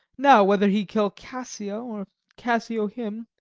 now, whether he kill cassio, or cassio him,